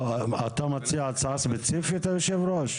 אתה מציע הצעה ספציפית, יושב הראש?